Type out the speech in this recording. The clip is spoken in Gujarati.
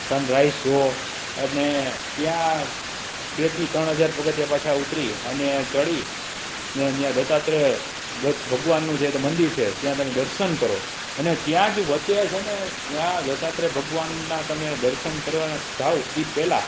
સન રાઈસ જુઓ અને ત્યાં બેથી ત્રણણ હજાર પગથિયાં પાછા ઉતરી અને ચઢી ને ત્યાં દત્તાત્રેય દત્ત ભગવાનનું જે મંદિર છે ત્યાં તમે દર્શન કરો અને ત્યાં જ વચ્ચે છે ને ત્યાં દત્તાત્રેય ભગવાનનાં તમે દર્શન કરવા જાઓ એ પહેલાં